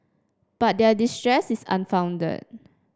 but their distress is unfounded